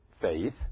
faith